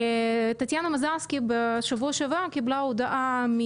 חה"כ טטיאנה מזרסקי קיבלה הודעה בשבוע